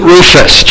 Rufus